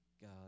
God